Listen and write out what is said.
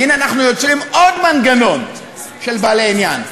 והנה, אנחנו יוצרים עוד מנגנון של בעלי עניין.